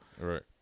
Right